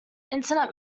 internet